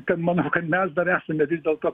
kad manau kad mes dar esame vis dėlto